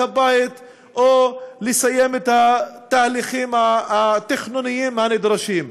הבית או לסיים את התהליכים התכנוניים הנדרשים.